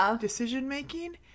decision-making